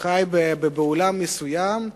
חי בעולם מסוים,